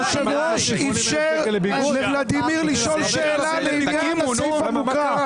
היושב ראש אפשר לוולדימיר לשאול שאלה לעניין הסעיף המוקרא.